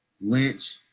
Lynch